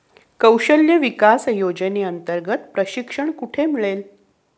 कौशल्य विकास योजनेअंतर्गत प्रशिक्षण कुठे मिळेल?